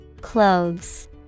Clothes